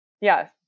Yes